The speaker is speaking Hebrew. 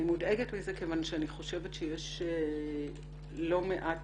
אני מודאגת מזה כיוון שאני חושבת שיש לא מעט